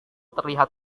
terlihat